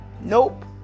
Nope